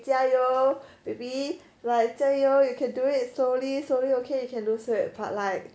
加油 baby like 加油 you can do it slowly slowly okay you can lose weight but like